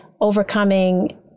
overcoming